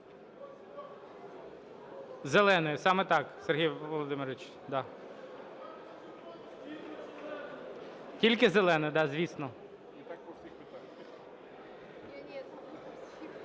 Зеленої, саме так, Сергій Володимирович, да. Тільки зеленою, да, звісно.